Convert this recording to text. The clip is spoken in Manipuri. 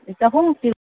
ꯆꯍꯨꯝ ꯄꯤꯔꯣ